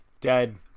dead